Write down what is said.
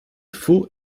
faux